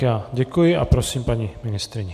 Já děkuji a prosím paní ministryni.